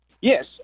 Yes